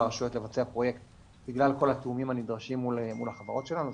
הרשויות לבצע פרויקט בגלל כל התיאומים הנדרשים מול החברות שלנו,